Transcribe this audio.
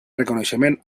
reconeixement